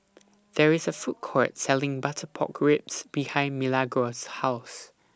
There IS A Food Court Selling Butter Pork Ribs behind Milagros' House